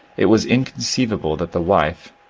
it was inconceivable that the wife,